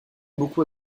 beaucoup